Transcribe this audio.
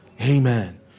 Amen